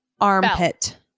Armpit